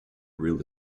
real